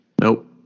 Nope